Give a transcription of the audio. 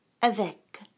avec